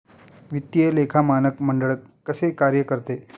वित्तीय लेखा मानक मंडळ कसे कार्य करते?